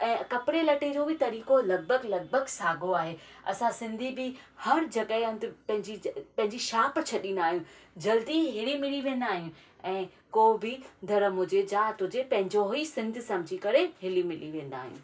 ऐं कपिड़े लटे जो बि तरीक़ो लॻभॻि लॻभॻि सागो आहे असां सिंधी बि हर जॻह अंध पंहिंजी पेंजी छाप छॾिंदा आहियूं जल्दी ई हिरी मिरी वेंदा आहियूं ऐं को बि धर्म हुजे जात हुजे पंहिंजो ही सिंध सम्झी करे हिली मिली वेंदा आहियूं